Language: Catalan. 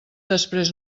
després